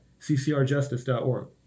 ccrjustice.org